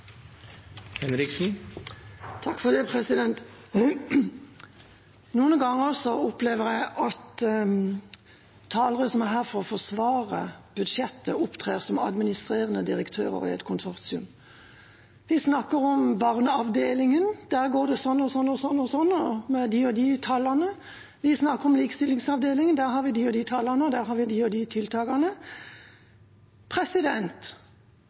her for å forsvare budsjettet, opptrer som administrerende direktører i et konsortium. De snakker om barneavdelingen – der går det sånn og sånn og med de og de tallene. De snakker om likestillingsavdelingen – der har vi de og de tallene og de og de tiltakene.